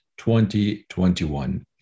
2021